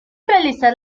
realizar